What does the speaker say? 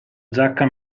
giacca